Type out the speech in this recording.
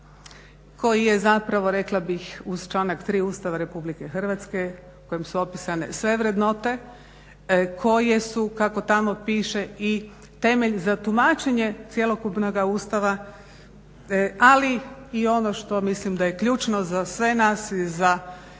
koji je zapravo rekla bih uz članak 3. Ustava Republike Hrvatske u kojem su opisane sve vrednote koje su kako tamo piše i temelj za tumačenje cjelokupnoga Ustava ali i on što mislim da je ključno za sve nas i za